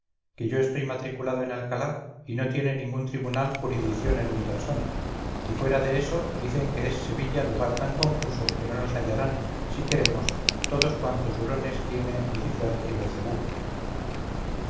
que yo estoy matriculado en alcalá y no tiene ningún tribunal juridicción en mi persona y fuera de eso dicen que es sevilla lugar tan confuso que no nos hallarán si queremos todos cuantos hurones tiene lucifer y